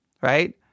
right